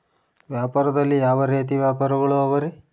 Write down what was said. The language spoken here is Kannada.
ವ್ಯಾಪಾರದಲ್ಲಿ ಯಾವ ರೇತಿ ವ್ಯಾಪಾರಗಳು ಅವರಿ?